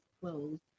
closed